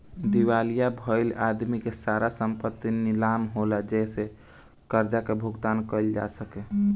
दिवालिया भईल आदमी के सारा संपत्ति नीलाम होला जेसे कर्जा के भुगतान कईल जा सके